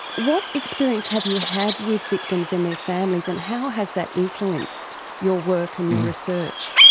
what experience have you had with victims and their families and how has that influenced your work and your research?